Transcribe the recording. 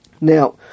Now